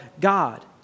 God